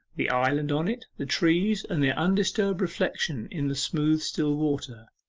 the island on it, the trees, and their undisturbed reflection in the smooth still water.